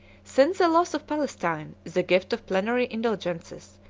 since the loss of palestine, the gift of plenary indulgences,